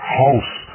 house